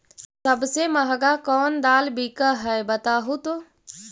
सबसे महंगा कोन दाल बिक है बताहु तो?